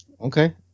Okay